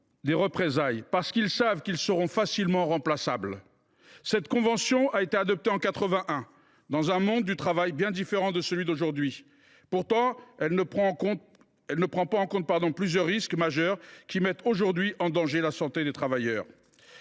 de représailles, d’autant qu’ils savent qu’ils sont facilement remplaçables. Cette convention a été adoptée en 1981 dans un monde du travail bien différent de celui d’aujourd’hui et elle ne prend pas en compte plusieurs risques majeurs qui mettent de nos jours en danger la santé des travailleurs.